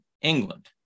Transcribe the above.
England